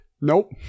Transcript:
Nope